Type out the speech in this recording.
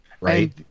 right